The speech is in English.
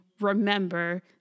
remember